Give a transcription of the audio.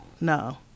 no